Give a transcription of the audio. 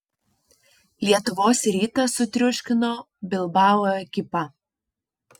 lietuvos rytas sutriuškino bilbao ekipą